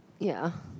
ya